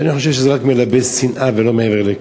ואני חושב שזה רק מלבה שנאה ולא מעבר לכך.